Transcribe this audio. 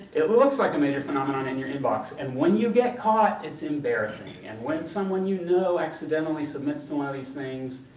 it looks like a major phenomenon in your inbox, and when you get caught it's embarrassing. and when someone you know accidentally submits to one of these things,